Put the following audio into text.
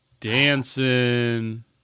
dancing